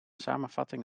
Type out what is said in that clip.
samenvatting